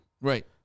Right